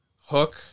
Hook